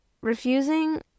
refusing